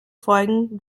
folgen